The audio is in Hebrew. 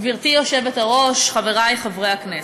גברתי היושבת-ראש, חברי חברי הכנסת,